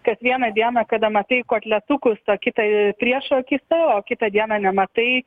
kad vieną dieną kada matai kotletukus o kita priešų akyse o kitą dieną nematai